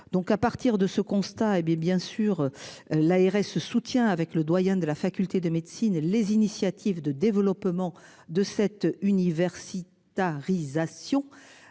Donc à partir de ce constat et bien bien sûr l'ARS ce soutien avec le doyen de la faculté de médecine les initiatives de développement de cet univers si tu. Starisation.